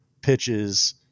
pitches